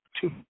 two